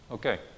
Okay